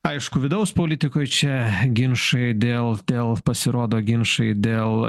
aišku vidaus politikoj čia ginčai dėl dėl pasirodo ginčai dėl